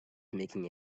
making